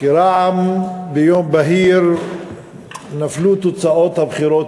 כרעם ביום בהיר נפלו תוצאות הבחירות